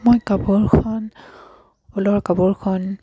মই কাপোৰখন ঊলৰ কাপোৰখন